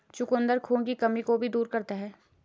चुकंदर खून की कमी को भी दूर करता है